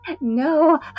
No